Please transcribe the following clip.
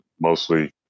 mostly